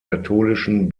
katholischen